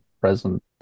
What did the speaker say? present